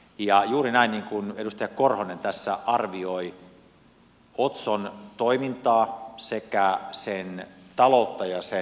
ja juuri näin niin kuin edustaja korhonen tässä arvioi otson toimintaa sekä sen taloutta ja sen tasetta